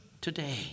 today